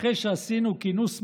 ואחרי שעשינו כינוס מדעי,